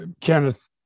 Kenneth